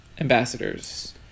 ambassadors